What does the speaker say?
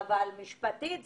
כשהמשק התחיל לחזור לפעילות,